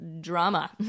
drama